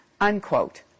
unquote